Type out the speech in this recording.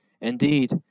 Indeed